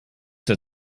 der